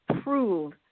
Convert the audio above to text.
prove